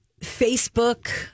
Facebook